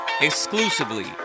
exclusively